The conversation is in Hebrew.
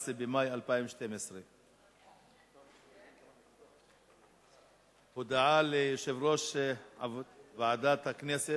14 במאי 2012. הודעה ליושב-ראש ועדת הכנסת,